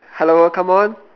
hello come on